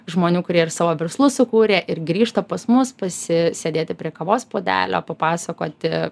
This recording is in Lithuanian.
žmonių kurie ir savo verslus sukūrė ir grįžta pas mus pasisėdėti prie kavos puodelio papasakoti